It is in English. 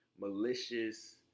malicious